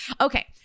Okay